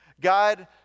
God